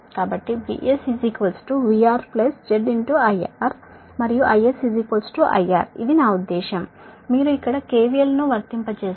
కాబట్టి VS VR Z IR మరియు IS IR ఇది నా ఉద్దేశ్యం మీరు ఇక్కడ KVL ను వర్తింపజేస్తే